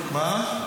אופיר.